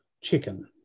chicken